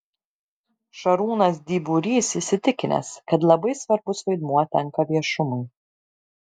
šarūnas dyburys įsitikinęs kad labai svarbus vaidmuo tenka viešumui